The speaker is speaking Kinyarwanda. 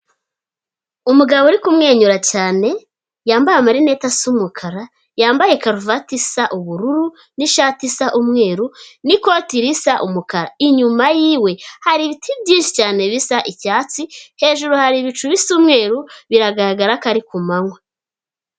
Umugabo uri kumwenyura cyane yambaye amarinete asa umukara, yambaye karuvati isa ubururu n'ishati isa umweru n'ikoti risa umukara, inyuma yiwe hari ibiti byinshi cyane bisa icyatsi, hejuru hari ibicu bisa umweru biragaragara ko ari ku manwa.